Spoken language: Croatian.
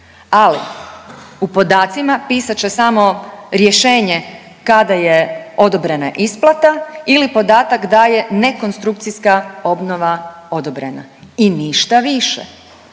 ali u podacima pisat će samo rješenje kada je odobrena isplata ili podatak da je nekonstrukcija obnova obnovljena i ništa više.